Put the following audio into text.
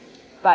but